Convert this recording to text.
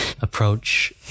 approach